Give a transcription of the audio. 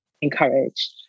encouraged